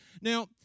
Now